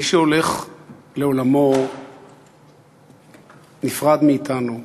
מי שהולך לעולמו נפרד מאתנו,